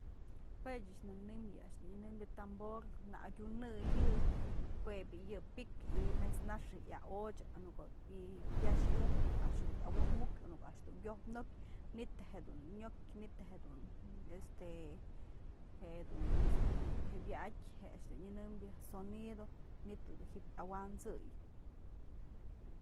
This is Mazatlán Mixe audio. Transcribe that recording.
Jue ëch nënë yë a'ax nyënëmbyë tambor na adyunëy yë, jue bi'i yë pik y mëjt's nax yë yaochyë a në ko'o y pyax unk në ko'o a'ax dun awojmuk, në ko'o a'ax dun wyojnok manytë jedun nyok, manytë jedun este jedun este wyatë je a'ax nyënëmbyë sonido, manytë dun ji'ib yawansëy.